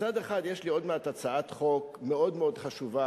מצד אחד יש לי עוד מעט הצעת חוק מאוד מאוד חשובה,